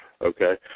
Okay